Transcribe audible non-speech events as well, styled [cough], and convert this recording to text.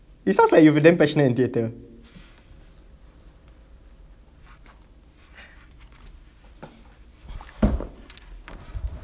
it sounds like you have a damn passionate in theatre [breath]